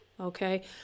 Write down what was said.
okay